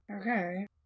Okay